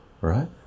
right